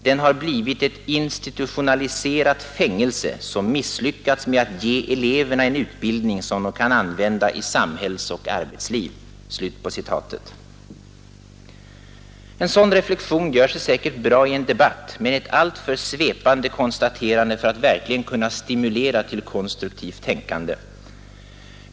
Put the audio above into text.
Den har blivit ett institutionaliserat fängelse, som misslyckats med att ge eleverna en utbildning som de kan använda i samhällsoch arbetsliv.” En sådan reflexion gör sig säkert bra i en debatt men är ett alltför svepande konstaterande för att verkligen kunna stimulera till konstruktivt tänkande.